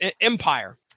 empire